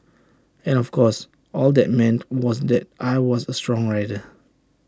and of course all that meant was that I was A songwriter